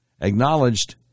acknowledged